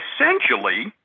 essentially